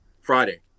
Friday